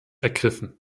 ergriffen